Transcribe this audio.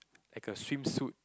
like a swimsuit